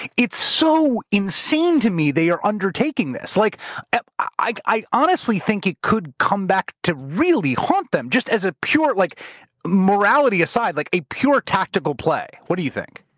it's so insane to me they are undertaking this. like i i honestly think it could come back to really haunt them just as a pure. like morality aside, like a pure tactical play. what do you think?